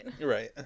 right